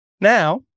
Now